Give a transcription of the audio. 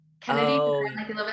kennedy